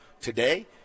today